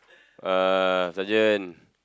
uh sergeant